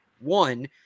one